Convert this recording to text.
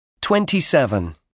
Twenty-seven